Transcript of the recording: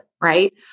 right